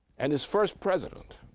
and its first president,